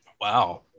Wow